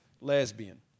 lesbian